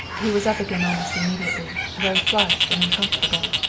he was up again almost immediately, very flushed and uncomfortable.